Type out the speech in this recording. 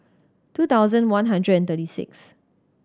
two thousand one hundred and thirty six